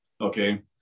okay